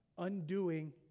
Undoing